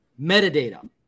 Metadata